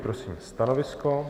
Prosím stanovisko.